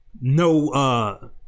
no